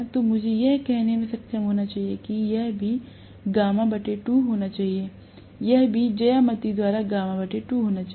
तो मुझे यह कहने में सक्षम होना चाहिए कि यह भी γ 2 होना चाहिए यह भी ज्यामिति द्वारा γ 2 होना चाहिए